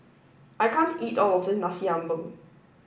I can't eat all of this Nasi Ambeng